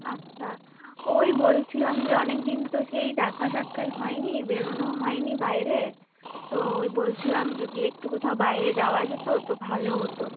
আচ্ছা ওই বলছিলাম যে অনেকদিন তো সেই দেখা সাক্ষাৎ হয়নি বেরনোও হয়নি বাইরে তো ওই বলছিলাম যদি একটু কোথাও বাইরে যাওয়া যেত তো ভালো হতো